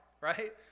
Right